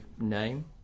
name